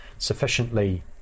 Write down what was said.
sufficiently